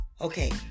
Okay